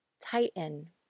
Tighten